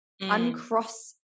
uncross